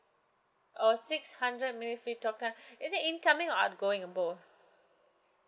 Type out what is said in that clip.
oh six hundred minute free talk time is it incoming or outgoing or both